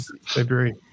February